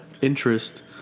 interest